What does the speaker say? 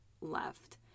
left